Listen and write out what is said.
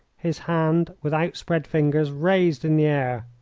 his hand, with outspread fingers, raised in the air.